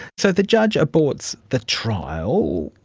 so the judge aborts the trial.